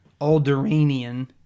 Alderanian